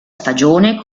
stagione